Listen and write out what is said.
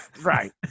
Right